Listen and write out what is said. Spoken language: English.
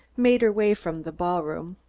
made her way from the ballroom.